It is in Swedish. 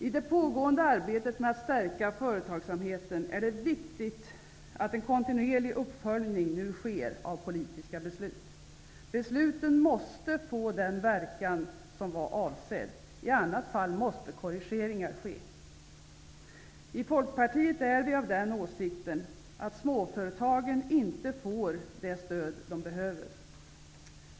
I det pågående arbetet med att stärka företagsamheten är det viktigt att det sker en kontinuerlig uppföljning av politiska beslut. Besluten måste få den verkan som var avsedd. I annat fall måste korrigeringar ske. Vi i Folkpartiet är av den åsikten att småföretagen inte får det stöd de behöver.